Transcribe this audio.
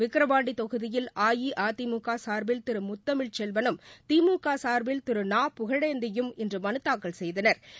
விக்ரவாண்டி தொகுதியில் அஇஅதிமுக சா்பில் திரு முத்தமிழ் செல்வனும் திமுக சா்பில் திரு நா புகழேந்தியும் இன்று மனு தாக்கல் செய்தனா்